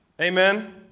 Amen